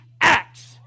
acts